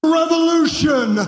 revolution